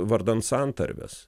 vardan santarvės